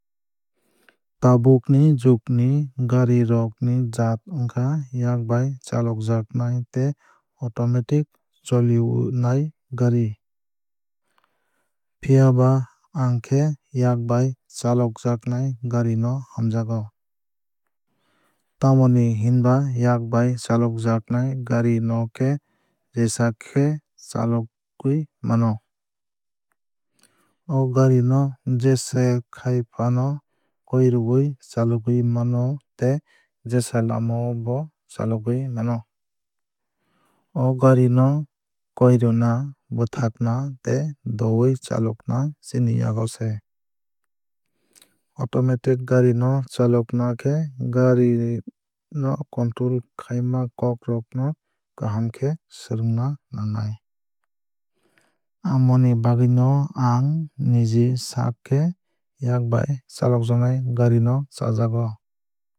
Tabuk ni jugni gari rok ni jaat wngkha yakbai chalokjaknai tei automatic cholinai gari. Phiaba ang khe yakbai chalokjaknai gari no hamjago. Tamoni hinba yakbai chalojaknai gari no khe jesakhe chalogwui mano. O gari no jesakhai fano koirwui chalogwui mano tei jesa lama o bo chalogwui mano. O gari no koirwna bwthakna tei dowui chalokna chini yago se. Automatic gari no chalokna khe gari no control khaima kok rok no kaham khe swrwngna nango. Amoni bagwui ang niji saak khe yakbai chalojaknai gari no chajago.